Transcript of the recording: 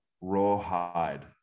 rawhide